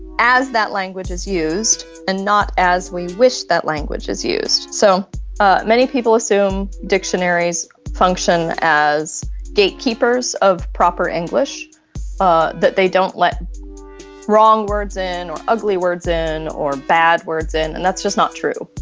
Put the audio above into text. as that language is used and not as we wish that language is used so ah many people assume dictionaries function as gatekeepers of proper english ah that they don't let wrong words in or ugly words in or bad words. and that's just not true.